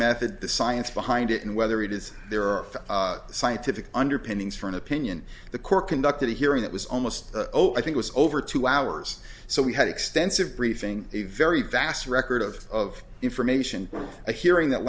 method the science behind it and whether it is there are scientific underpinnings for an opinion the court conducted hearing that was almost over i think was over two hours so we had extensive briefing a very vast record of information a hearing that